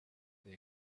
they